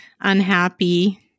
unhappy